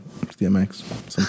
DMX